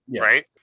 right